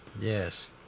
Yes